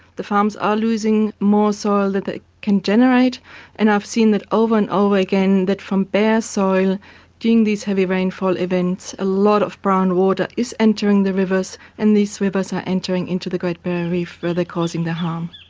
the farms are losing more soil than they can generate and i've seen that over and over again, that from bare soil during these heavy rainfall events a lot of brown water is entering the rivers and these rivers are entering into the great barrier reef where they are causing the harm.